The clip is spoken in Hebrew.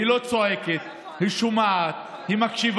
היא לא צועקת, היא שומעת, היא מקשיבה.